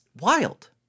wild